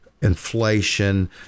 inflation